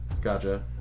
Gotcha